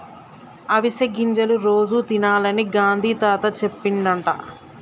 అవిసె గింజలు రోజు తినాలని గాంధీ తాత చెప్పిండట